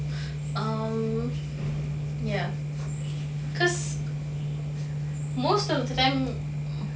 um ya because most of them